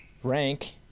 Rank